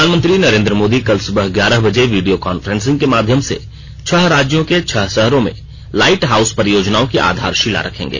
प्रधानमंत्री नरेन्द्र मोदी कल सुबह ग्यारह बजे वीडियो कांफ्रेंसिंग के माध्यम से छह राज्यों के छह शहरों में लाईट हाउस परियोजनाओं की आधाशिला रखेंगे